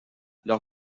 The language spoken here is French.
leur